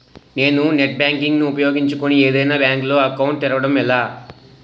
నేను net banking ను ఉపయోగించుకుని ఏదైనా బ్యాంక్ లో అకౌంట్ తెరవడం ఎలా?